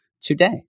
today